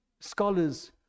scholars